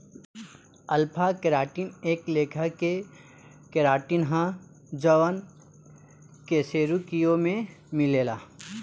alpha keratin एक लेखा के केराटिन ह जवन कशेरुकियों में मिलेला